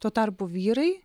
tuo tarpu vyrai